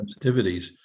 sensitivities